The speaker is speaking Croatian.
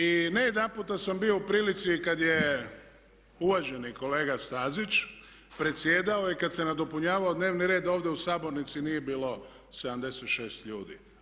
I ne jedanput sam bio u prilici kad je uvaženi kolega Stazić predsjedao i kad se nadopunjavao dnevni red ovdje u sabornici, nije bilo 76 ljudi.